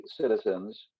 citizens